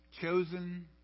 Chosen